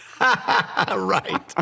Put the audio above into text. Right